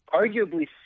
arguably